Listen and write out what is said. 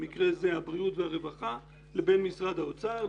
במקרה הזה הבריאות והרווחה לבין משרד האוצר.